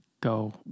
go